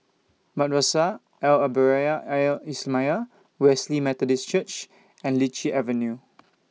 Madrasah Al Arabiah Al Islamiah Wesley Methodist Church and Lichi Avenue